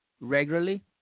regularly